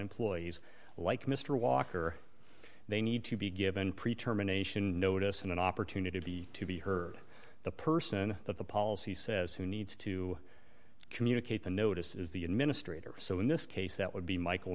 employees like mr walker they need to be given pre term anation notice and an opportunity be to be heard the person that the policy says who needs to communicate the notice is the administrator so in this case that would be michael